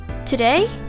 Today